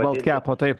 baltkepo taip